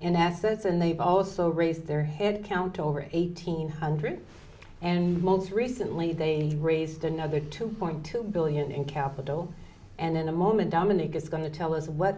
and assets and they've also raised their headcount over eighteen hundred and most recently they raised another two point two billion in capital and in a moment dominic is going to tell us what